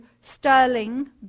sterling